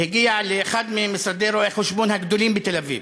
הגיע לאחד ממשרדי רואי-חשבון הגדולים בתל-אביב,